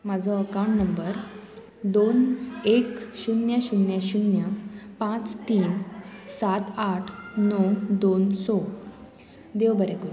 म्हाजो account number दोन एक शुन्य शुन्य शुन्य पांच तीन सात आठ णव दोन सो देव बरें करूं